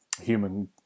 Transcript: human